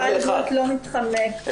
משרד הבריאות לא מתחמק,